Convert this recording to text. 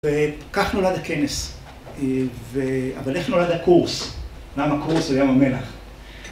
וכך נולד הכנס, אבל איך נולד הקורס, למה קורס על ים המלח?